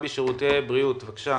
בגוש משגב.